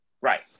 Right